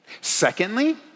Secondly